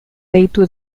deitu